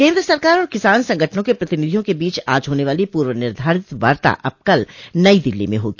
केन्द्र सरकार और किसान संगठनों के प्रतिनिधियों के बीच आज होने वाली पूर्व निर्धारित वार्ता अब कल नई दिल्ली में होगी